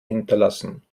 hinterlassen